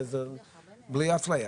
זה בלי אפליה.